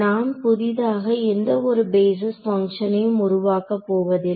நாம் புதிதாக எந்த ஒரு பேஸிஸ் பங்ஷனையும் உருவாக்கப் போவதில்லை